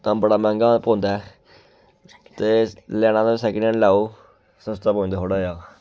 तां बड़ा मैंह्गा पौंदा ऐ ते लैना ते सैकंड हैंड लैओ सस्ता पौंदा थोह्ड़ा जेहा